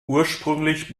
ursprünglich